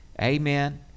Amen